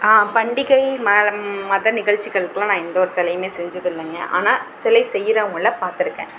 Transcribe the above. பண்டிகை மத நிகழ்ச்சிகளுக்கெல்லாம் நான் எந்த ஒரு சிலையுமே செஞ்சதில்லைங்க ஆனால் சிலை செய்கிறவங்கள பார்த்துருக்கேன்